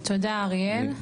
תודה, אריאל.